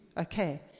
Okay